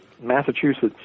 Massachusetts